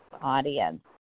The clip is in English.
audience